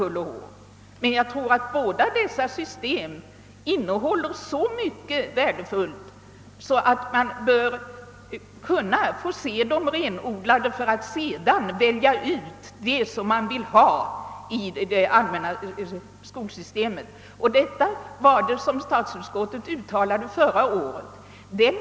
Jag tror emellertid att båda dessa system inne håller så mycket värdefullt att vi bör se dem renodlade för att sedan kunna välja ut vad vi vill ha i det allmänna skolsystemet. Detta uttalade statsutskottet förra året.